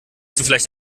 vielleicht